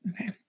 Okay